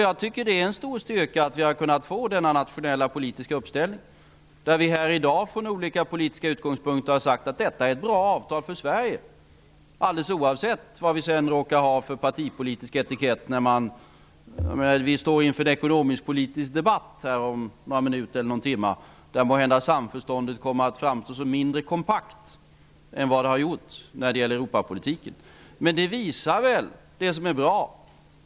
Jag tycker att det är en stor styrka att vi har kunnat få denna nationella politiska uppställning. Vi har i dag från olika politiska utgånspunkter sagt att detta är ett bra avtal för Sverige, alldeles oavsett vad vi sedan råkar ha för partipolitisk etikett. Vi står inför en ekonomisk-politisk debatt om några minuter eller någon timme, där måhända samförståndet kommer att framstå som mindre kompakt än vad det har gjort när det gäller Europapolitiken. Men det visar det som är bra.